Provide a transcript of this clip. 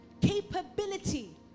capability